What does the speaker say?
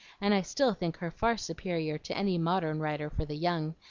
and i still think her far superior to any modern writer for the young,